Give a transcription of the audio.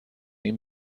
این